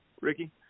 Ricky